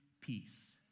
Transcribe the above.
peace